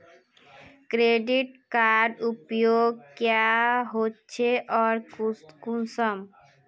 Credit कार्डेर उपयोग क्याँ होचे आर कुंसम?